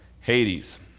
Hades